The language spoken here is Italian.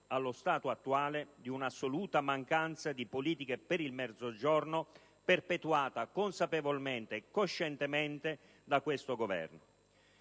allo stato attuale di una assoluta mancanza di politiche per il Mezzogiorno, perpetuata consapevolmente e coscientemente da questo Governo.